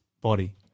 body